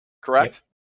correct